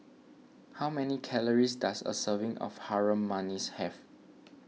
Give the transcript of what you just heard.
how many calories does a serving of Harum Manis have